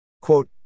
Quote